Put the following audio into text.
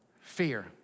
fear